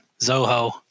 Zoho